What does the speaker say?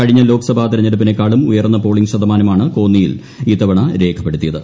കഴിഞ്ഞ ലോക്സഭാ തെരെഞ്ഞെടുപ്പിനേക്കാളും ഉയർന്ന പോളിങ് ശതമാനമാണ് കോന്നിയിൽ ഇത്തവണ രേഖപ്പെടുത്തിയത്